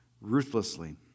ruthlessly